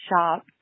shop